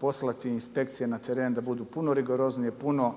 poslati inspekcije na teren da budu puno rigorozniji, puno